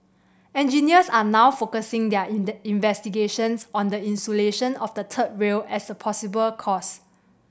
engineers are now focusing their investigations on the insulation of the third rail as the possible cause